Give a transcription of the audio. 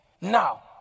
Now